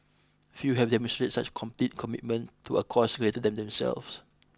few have demonstrated such complete commitment to a cause greater than themselves